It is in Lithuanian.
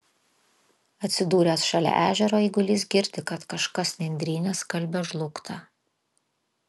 atsidūręs šalia ežero eigulys girdi kad kažkas nendryne skalbia žlugtą